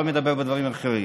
לא מדבר על דברים אחרים.